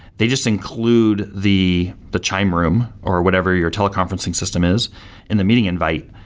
they just include the the chime room, or whatever you're teleconferencing system is in the meeting invite,